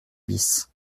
bis